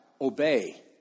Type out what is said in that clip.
Obey